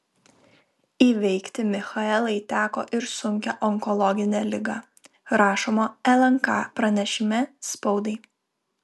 įveikti michaelai teko ir sunkią onkologinę ligą rašoma lnk pranešime spaudai